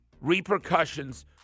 repercussions